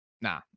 nah